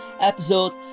episode